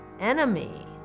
enemy